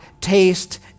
taste